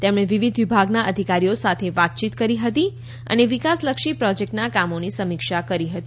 તેમણે વિવિધ વિભાગના અધિકારીઓ સાથે વાતચીત કરી હતી અને વિકાસલક્ષી પ્રોજેક્ટના કામોની સમીક્ષા કરી હતી